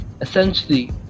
Essentially